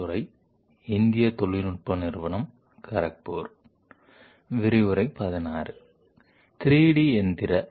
online course యొక్క 16 వ ఉపన్యాసం "మెషిన్ టూల్స్ మరియు ప్రాసెస్ల కంప్యూటర్ న్యూమెరికల్ కంట్రోల్" కి స్వాగతం